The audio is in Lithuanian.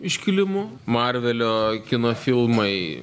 iškilimu marvelio kino filmai